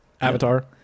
Avatar